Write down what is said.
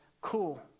cool